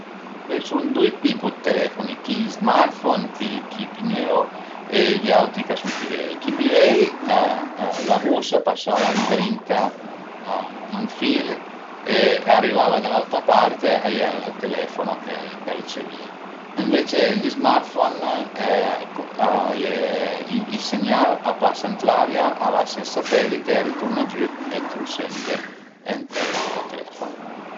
A i sun due tipu dë telefoni, culi smartphone pi nõu e i auti ch'a sun pi vei. Chi pi vei la vus a pasava ëndrinta a ün fil e arivava da l'auta part, a iera l'aut telefono ch'a ricevìa, ëvece gli smartphone a ie, ël segnal a pasa ën l'aria, a va sël satellite e a riturna giü e t'lu sente ënt ël ën to telefono